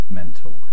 mental